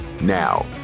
Now